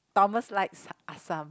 Thomas likes assam